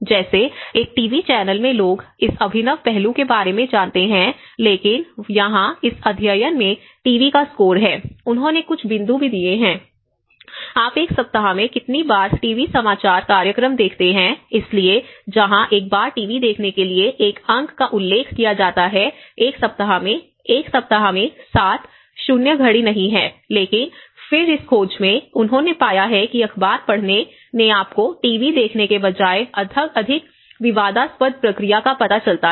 जैसे एक TV channel में लोग इस अभिनव पहलू के बारे में जानते हैं लेकिन यहाँ इस अध्ययन में टीवी का स्कोर है उन्होंने कुछ बिंदु भी दिए हैं आप एक सप्ताह में कितनी बार टीवी समाचार कार्यक्रम देखते हैं इसलिए जहां एक बार टीवी देखने के लिए 1 अंक का उल्लेख किया जाता है एक सप्ताह में एक सप्ताह में 7 0 घड़ी नहीं है लेकिन फिर इस खोज में उन्होंने पाया है कि अखबार पढ़ने ने आपको टीवी देखने के बजाय अधिक विवादास्पद प्रक्रिया का पता चलता है